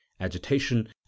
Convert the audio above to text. agitation